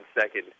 second